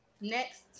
Next